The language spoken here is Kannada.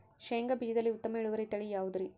ಶೇಂಗಾ ಬೇಜದಲ್ಲಿ ಉತ್ತಮ ಇಳುವರಿಯ ತಳಿ ಯಾವುದುರಿ?